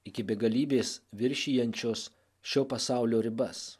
iki begalybės viršijančios šio pasaulio ribas